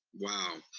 wow!